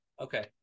Okay